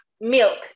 milk